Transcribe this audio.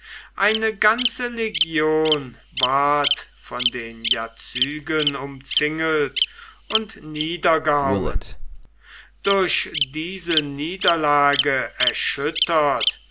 eine ganze legion ward von den jazygen umzingelt und niedergehauen durch diese niederlage erschüttert